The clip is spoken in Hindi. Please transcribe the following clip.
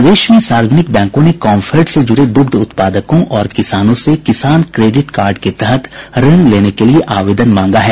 प्रदेश में सार्वजनिक बैंकों ने कॉम्फेड से जुड़े दुग्ध उत्पादकों और किसानों से किसान क्रेडिट कार्ड के तहत ऋण लेने के लिए आवेदन मांगा है